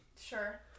Sure